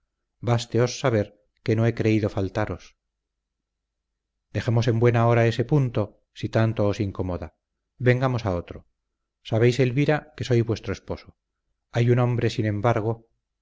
basteos saber que no he creído faltaros dejemos en buena hora ese punto si tanto os incomoda vengamos a otro sabéis elvira que soy vuestro esposo hay un hombre sin embargo